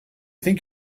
think